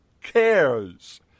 cares